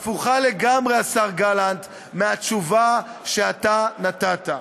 והיא הפוכה לגמרי, השר גלנט, מהתשובה שאתה נתת.